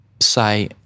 say